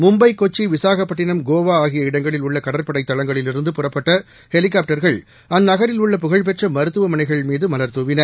மும்பை கொச்சி விசாகப்பட்டினம் கோவாஆகிய இடங்களில் உள்ளகடற்படைதளங்களில் இருந்து புறப்பட்டஹெலிகாப்டர்கள் அந்நகரில் உள்ள புகழ்பெற்றமருத்துவமனைகள் மீதுமலர் தூவின